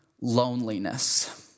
loneliness